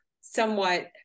somewhat